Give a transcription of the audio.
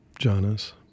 jhanas